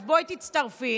אז בואי תצטרפי